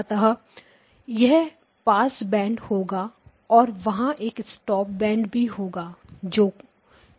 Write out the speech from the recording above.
अतः है यह पास बैंड होगा और वहां एक स्टॉप बैंड भी होगा जोकि निकट होगा 16 के